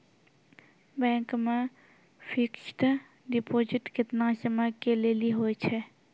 Bank मे fixed deposit केतना समय के लेली होय छै?